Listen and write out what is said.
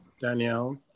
Danielle